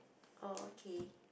oh okay